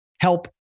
Help